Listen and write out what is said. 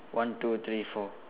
one two three four